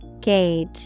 Gauge